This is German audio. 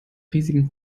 riesigen